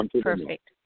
perfect